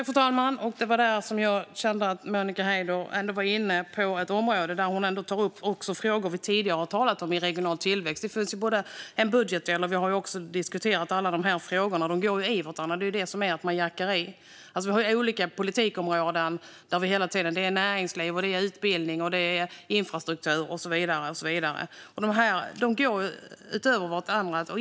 Fru talman! Det var där som jag kände att Monica Haider ändå var inne på ett område där hon också tar upp frågor som vi tidigare har talat om när det gäller regional tillväxt. Det finns en budgetdel också. Vi har diskuterat alla dessa frågor, och de går in i varandra. Vi har olika politikområden - näringsliv, utbildning, infrastruktur och så vidare - och de går in i varandra.